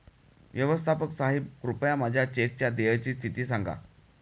व्यवस्थापक साहेब कृपया माझ्या चेकच्या देयची स्थिती सांगा